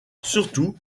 surtout